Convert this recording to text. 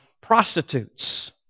Prostitutes